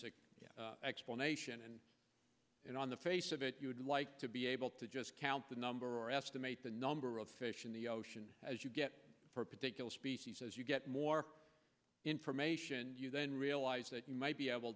layman's explanation and on the face of it you would like to be able to just count the number estimate the number of fish in the ocean as you get for a particular species as you get more information you then realise that you might be able